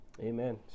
amen